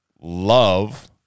love